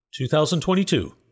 2022